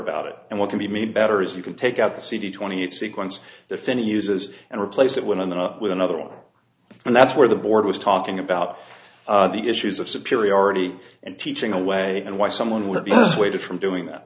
about it and what can be made better is you can take out the c d twenty eight sequence if any uses and replace it when in there with another one and that's where the board was talking about the issues of superiority and teaching away and why someone would be persuaded from doing that